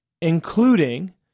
including